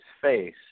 face